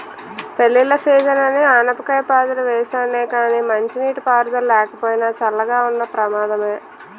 పెళ్ళిళ్ళ సీజనని ఆనపకాయ పాదులు వేసానే గానీ మంచినీటి పారుదల లేకపోయినా, చల్లగా ఉన్న ప్రమాదమే